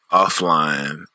offline